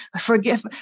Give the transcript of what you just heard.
Forgive